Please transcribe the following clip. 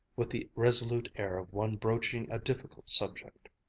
with the resolute air of one broaching a difficult subject,